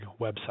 website